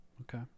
Okay